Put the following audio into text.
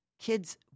kids